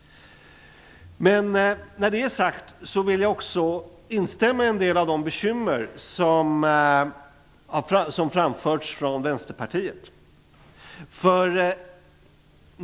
När det är sagt vill jag också instämma i att det finns bekymmer, precis som har framförts från Vänsterpartiet.